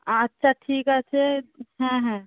আচ্ছা ঠিক আছে হ্যাঁ হ্যাঁ